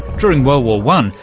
during world war one,